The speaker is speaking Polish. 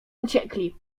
uciekli